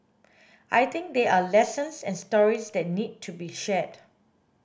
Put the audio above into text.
I think there are lessons and stories that need to be shared